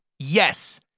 Yes